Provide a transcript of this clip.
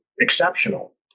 exceptional